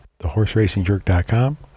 thehorseracingjerk.com